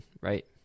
right